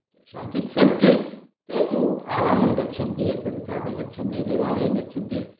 केषाञ्चित् सन्ति ते तु आरामं गच्छन्ति यत्र कुत्रापि गच्छन्ति देवालयङ्गच्छन्ति